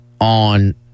on